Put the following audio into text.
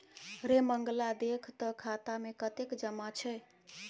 रे मंगला देख तँ खाता मे कतेक जमा छै